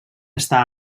està